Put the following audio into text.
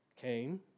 came